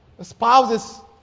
Spouses